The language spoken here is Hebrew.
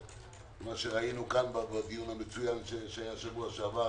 מה שראינו כאן בדיון המצוין שהיה בשבוע שעבר,